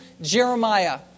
Jeremiah